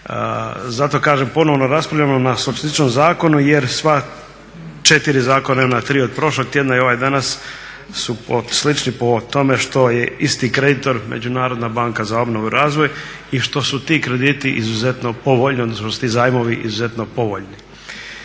Zato kažem ponovno raspravljamo o sličnom zakonu jer sva 4 zakona i ona 3 od prošlog tjedna i ovaj danas su slični po tome što je isti kreditor Međunarodna banka za obnovu i razvoj i što su ti krediti izuzetno povoljni odnosno što su ti zajmovi izuzetno povoljni.